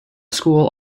school